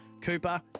Cooper